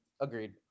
Agreed